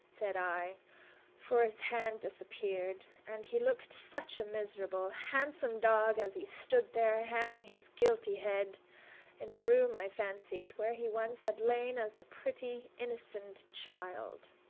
said i for his had disappeared and he looked such a miserable, handsome dog as he stood there hanging his guilty head in the room, i fancied, where he once had lain as a pretty, innocent child.